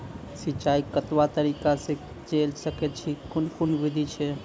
सिंचाई कतवा तरीका सअ के जेल सकैत छी, कून कून विधि ऐछि?